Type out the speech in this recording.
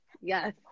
yes